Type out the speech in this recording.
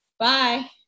Bye